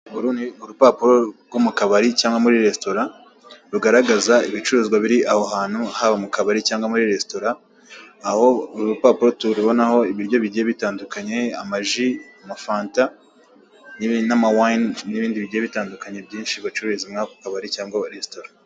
Uru ni urupapuro rwo mu kabari cyangwa muri resitora rugaragaza ibicuruzwa biri aho hantu haba mu kabari cyangwa muri resitora, aho uru rupapuro turubonaho ibiryo bigiye bitandukanye amaji, amafanta n'amawayine n'ibindi bigiye bitandukanye byinshi bacururiza muri ako kabari cyangwa resitora.